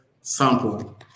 sample